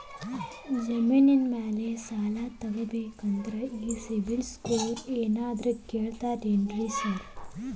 ಜಮೇನಿನ ಮ್ಯಾಲೆ ಸಾಲ ತಗಬೇಕಂದ್ರೆ ಈ ಸಿಬಿಲ್ ಸ್ಕೋರ್ ಏನಾದ್ರ ಕೇಳ್ತಾರ್ ಏನ್ರಿ ಸಾರ್?